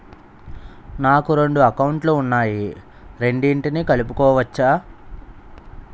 నాకు రెండు అకౌంట్ లు ఉన్నాయి రెండిటినీ కలుపుకోవచ్చా?